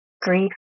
grief